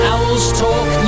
Owlstalk